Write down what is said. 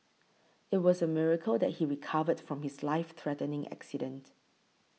it was a miracle that he recovered from his life threatening accident